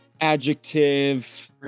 adjective